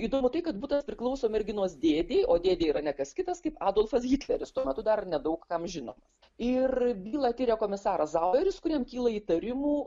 įdomu tai kad butas priklauso merginos dėdei o dėdė yra ne kas kitas kaip adolfas hitleris tuo metu dar nedaug kam žinomas ir bylą tiria komisaras zaueris kuriam kyla įtarimų